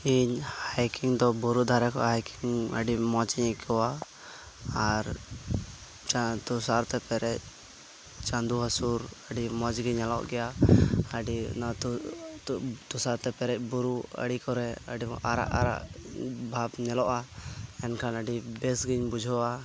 ᱤᱧ ᱦᱟᱭᱠᱤᱝ ᱫᱚ ᱵᱩᱨᱩ ᱫᱷᱟᱨᱮ ᱠᱷᱚᱡ ᱦᱟᱭᱠᱤᱝ ᱟᱰᱤ ᱢᱚᱸᱡᱽ ᱤᱧ ᱟᱹᱭᱠᱟᱹᱣᱟ ᱟᱨ ᱛᱟᱨ ᱛᱩᱥᱟᱨ ᱛᱮ ᱯᱮᱨᱮᱡ ᱪᱟᱸᱫᱳ ᱦᱟᱥᱩᱨ ᱟᱰᱤ ᱢᱚᱸᱡᱽ ᱜᱮ ᱧᱮᱞᱚᱜ ᱜᱮᱭᱟ ᱟᱰᱤ ᱱᱟᱛᱩ ᱛᱩᱥᱟᱨ ᱛᱮ ᱯᱮᱨᱮᱡ ᱵᱩᱨᱩ ᱟᱲᱤ ᱠᱚᱨᱮ ᱟᱰᱤ ᱢᱚᱸᱡᱽ ᱟᱨᱟᱜ ᱟᱨᱟᱜ ᱵᱷᱟᱵᱽ ᱧᱮᱞᱚᱜᱼᱟ ᱮᱱᱠᱷᱟᱱ ᱟᱰᱤ ᱵᱮᱥ ᱜᱮᱧ ᱵᱩᱡᱷᱟᱹᱣᱟ